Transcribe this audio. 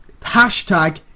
hashtag